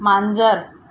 मांजर